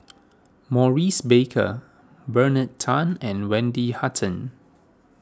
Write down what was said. Maurice Baker Bernard Tan and Wendy Hutton